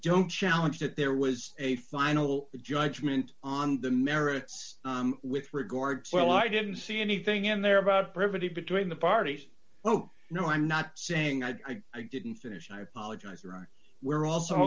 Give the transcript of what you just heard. don't challenge that there was a final judgment on the merits with regards well i didn't see anything in there about brevity between the parties oh no i'm not saying i i didn't finish and i apologize there are we're also